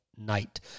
Night